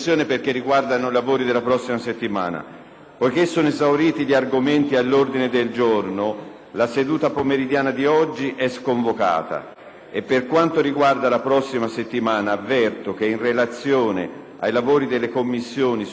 Essendo esauriti gli argomenti all'ordine del giorno, la seduta pomeridiana di oggi è sconvocata. Per quanto riguarda la prossima settimana, avverto che in relazione ai lavori delle Commissioni sul disegno di legge n. 1230,